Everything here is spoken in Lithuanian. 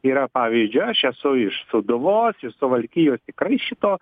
yra pavyzdžiui aš esu iš sūduvos iš suvalkijos tikrai šito